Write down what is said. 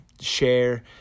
share